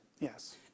yes